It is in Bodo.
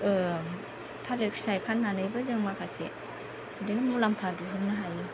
थालिर फि़थाय फाननानैबो जों माखासे बिदिनो मुलाम्फा दिहुननो हायो